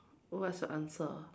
what's your answer